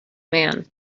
man